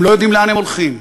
הם לא יודעים לאן הם הולכים,